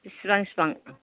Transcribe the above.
बिसिबां बिसिबां